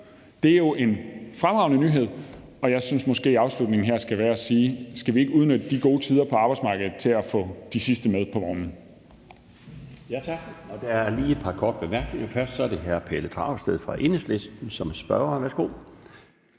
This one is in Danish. Det er jo en fremragende nyhed, og jeg synes måske, at afslutningen her skal være at sige: Skal vi ikke udnytte de gode tider på arbejdsmarkedet til at få de sidste med på vognen?